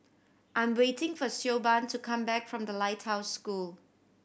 I'm waiting for Siobhan to come back from The Lighthouse School